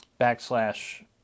backslash